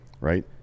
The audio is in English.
right